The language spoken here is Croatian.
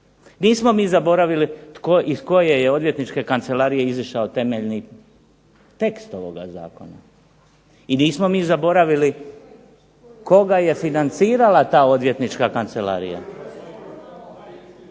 Nismo mi zaboravili iz koje je odvjetničke kancelarije izišao temeljni tekst ovoga zakona. I nismo mi zaboravili koga je financirala ta odvjetnička kancelarija.